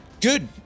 Good